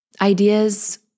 ideas